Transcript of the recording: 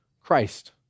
Christ